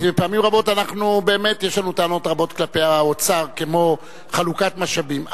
פעמים רבות באמת יש לנו טענות רבות כלפי האוצר כמו על חלוקת משאבים.